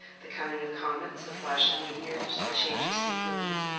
the coming of comets, the flash of meteors, the change of seasons,